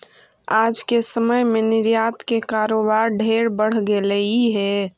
आज के समय में निर्यात के कारोबार ढेर बढ़ गेलई हे